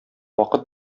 вакыт